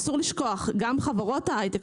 אסור לשכוח שגם חברות ההיי-טק,